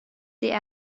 det